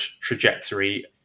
trajectory